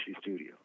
studio